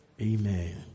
Amen